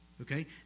Okay